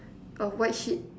of white sheet